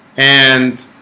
and